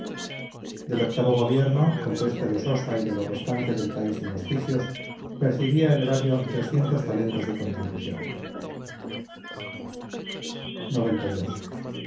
del octavo gobierno compuesto de sosa y de lo restante del país de los cisios percibía el erario talentos de contribución xcii del